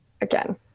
again